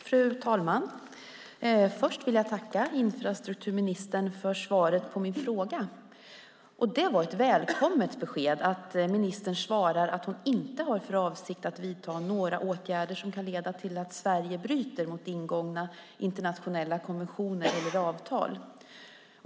Fru talman! Först vill jag tacka infrastrukturministern för svaret på min interpellation. Det var ett välkommet besked att ministern inte har för avsikt att vidta några åtgärder som kan leda till att Sverige bryter mot ingångna internationella konventioner eller avtal.